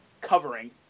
covering